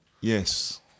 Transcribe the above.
Yes